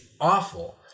awful